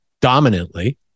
dominantly